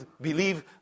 believe